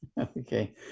Okay